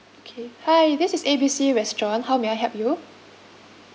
K hi this is A B C restaurant how may I help you